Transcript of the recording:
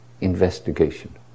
investigation